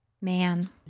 Man